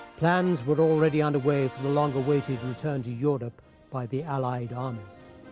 plans were already underway for the long-awaited return to europe by the allied armies.